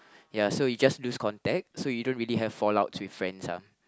ya so he just lost contacts so you don't really have fall out with friends lah